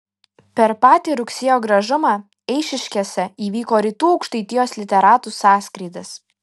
per patį rugsėjo gražumą eišiškėse įvyko rytų aukštaitijos literatų sąskrydis